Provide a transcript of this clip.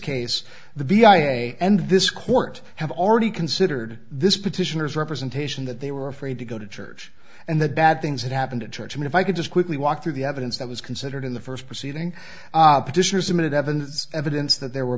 case the be a end this court have already considered this petitioners representation that they were afraid to go to church and that bad things that happened in church i mean if i could just quickly walk through the evidence that was considered in the first proceeding petitioners admitted evans evidence that there were